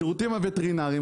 השירותים הווטרינרים,